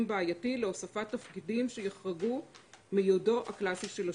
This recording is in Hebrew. בעייתי להוספת תפקידים שיחרגו מייעודו הקלסי של השירות.